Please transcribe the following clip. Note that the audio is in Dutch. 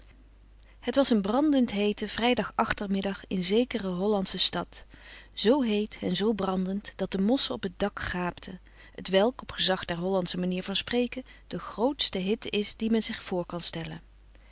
het was een brandendheete vrijdagachtermiddag in zekere hollandsche stad zoo heet en zoo brandend dat de mosschen op het dak gaapten t welk op gezag der hollandsche manier van spreken de grootste hitte is die men zich voor kan stellen